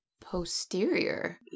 posterior